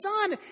son